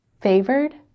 favored